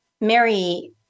Mary